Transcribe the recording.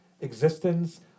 existence